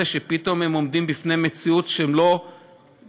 שפתאום הם עומדים בפני מציאות שהם לא מכירים,